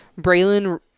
Braylon